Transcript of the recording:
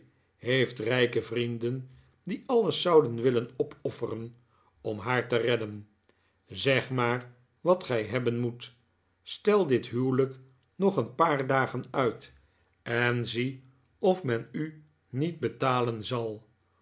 heeft rijke vrienden die alles zouden willen opofferen om haar te redden zeg maar wat gij hebben moet stel dit huwelijk nog een paar dagen uit en zie of men u niet betalen zal